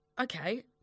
okay